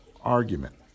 argument